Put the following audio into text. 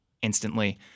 Instantly